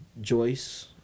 joyce